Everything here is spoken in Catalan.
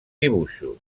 dibuixos